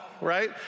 Right